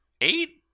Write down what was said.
eight